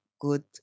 good